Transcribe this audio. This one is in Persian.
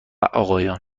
آقایان